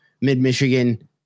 Mid-Michigan